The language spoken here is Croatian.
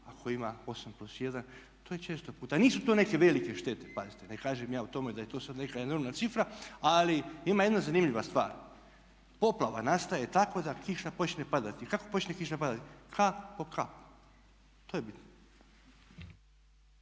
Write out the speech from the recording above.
ako ima osam plus jedan. To je često puta. Nisu to neke velike štete, pazite ne kažem ja o tome da je to sad neka enormna cifra. Ali ima jedna zanimljiva stvar. Poplava nastaje tako da kiša počne padati. Kako kiša počne padati? Kap po kap, to je bitno.